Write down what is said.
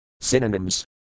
Synonyms